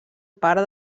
part